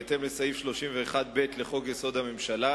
בהתאם לסעיף 31(ב) לחוק-יסוד: הממשלה,